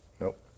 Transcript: Nope